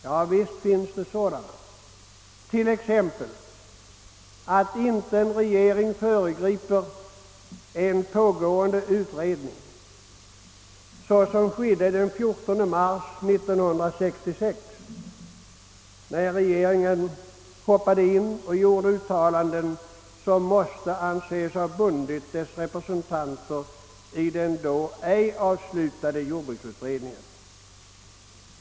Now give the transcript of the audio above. Ja, visst finns det sådana, t.ex. att en regering inte föregriper en pågående utredning såsom skedde den 14 mars 1966 när rgeringen hoppade in och gjorde uttalanden, som måste anses ha bundit dess representanter i den då ej avslutade jordbruksutredningen.